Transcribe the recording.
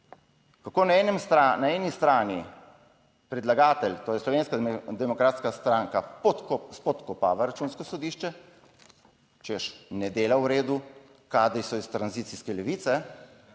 eni, na eni strani predlagatelj, to je Slovenska demokratska stranka spodkopava Računsko sodišče, češ ne dela v redu, kadri so iz tranzicijske levice,